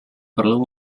perlu